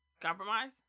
Compromise